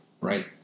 Right